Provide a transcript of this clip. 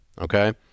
okay